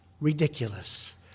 ridiculous